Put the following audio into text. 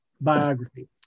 biography